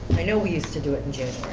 i know we used to do it in june